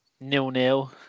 nil-nil